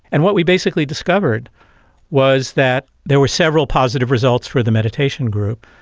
and what we basically discovered was that there were several positive results for the meditation group.